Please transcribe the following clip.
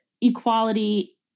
equality